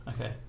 Okay